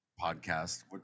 podcast